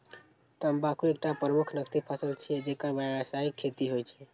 तंबाकू एकटा प्रमुख नकदी फसल छियै, जेकर व्यावसायिक खेती होइ छै